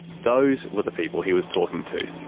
those were the people he was talking to.